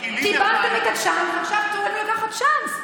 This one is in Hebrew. קיבלתם את הצ'אנס, ועכשיו תורנו לקחת צ'אנס.